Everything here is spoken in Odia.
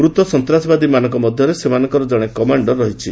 ମୃତ ସନ୍ତାସବାଦୀମାନଙ୍କ ମଧ୍ୟରେ ସେମାନଙ୍କର ଜଣେ କମାଣ୍ଡର ରହିଛି